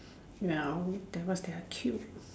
ya that was they are cute